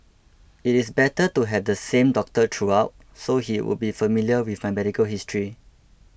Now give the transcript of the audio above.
it is better to have the same doctor throughout so he would be familiar with my medical history